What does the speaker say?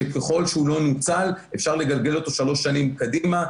שככל שהוא לא נוצל אפשר לגלגל אותו שלוש שנים קדימה,